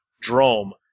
DROME